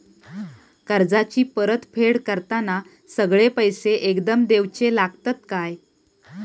कर्जाची परत फेड करताना सगळे पैसे एकदम देवचे लागतत काय?